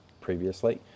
previously